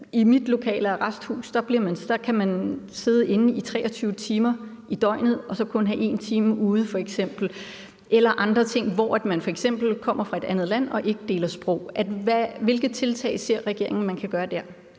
I mit lokale arresthus kan man sidde inde i 23 timer i døgnet og så kun have 1 time ude f.eks. Det kan også være andre ting, som når man f.eks. kommer fra et andet land og ikke deler sprog. Hvilke tiltag ser regeringen man kan gøre dér?